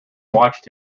watched